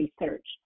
research